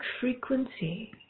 frequency